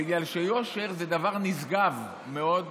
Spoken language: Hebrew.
בגלל שיושר זה דבר נשגב מאוד,